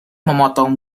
memotong